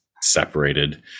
separated